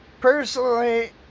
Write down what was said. Personally